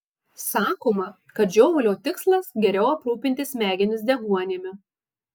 sakoma kad žiovulio tikslas geriau aprūpinti smegenis deguonimi